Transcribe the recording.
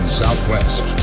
southwest